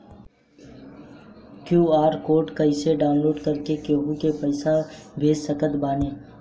QR code कइसे download कर के केहु के भेज सकत बानी?